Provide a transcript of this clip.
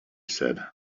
said